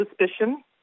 suspicion